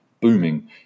booming